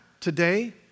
today